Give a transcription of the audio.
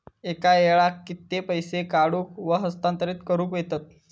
एका वेळाक कित्के पैसे काढूक व हस्तांतरित करूक येतत?